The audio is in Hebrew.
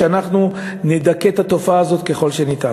שאנחנו נדכא את התופעה הזאת ככל שאפשר.